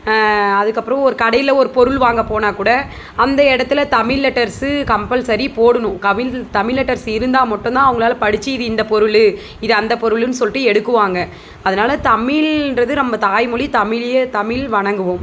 அதுக்கு அப்பறம் ஒரு கடையில ஒரு பொருள் வாங்க போனால் கூட அந்த இடத்துல தமிழ் லெட்டர்சு கம்பல்சரி போடணும் கமில் தமிழ் லெட்டர்ஸ் இருந்தால் மட்டுந்தான் அவுங்களால படிச்சு இது இந்த பொருள் இது அந்த பொருளுன்னு சொல்லிட்டு எடுக்குவாங்க அதனால தமிழ்ன்றது நம்ம தாய் மொழி தமிழையே தமிழ் வணங்குவோம்